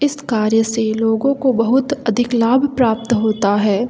इस कार्य से लोगों को बहुत अधिक लाभ प्राप्त होता है